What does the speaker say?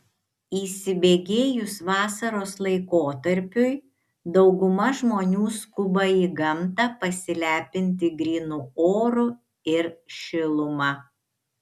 įsibėgėjus vasaros laikotarpiui dauguma žmonių skuba į gamtą pasilepinti grynu oru ir šiluma